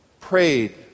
prayed